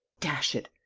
dash it!